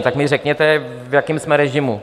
Tak mi řekněte, v jakém jsme režimu.